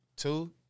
Two